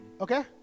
Okay